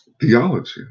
theology